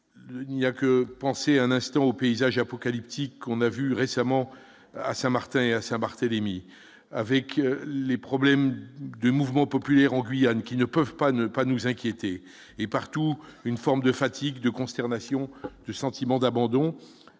n'y a que penser un instant au paysage apocalyptique qu'on a vu récemment à Saint-Martin et à Saint-Barthélemy avec les problèmes de mouvements populaires en Guyane qui ne peuvent pas ne pas nous inquiéter et partout, une forme de fatigue de consternation de sentiment d'abandon